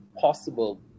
possible